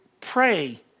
Pray